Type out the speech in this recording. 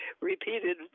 repeated